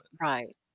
Right